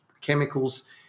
Chemicals